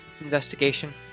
investigation